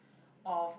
or